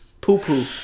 poo-poo